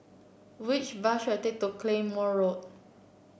which bus should I take to Claymore Road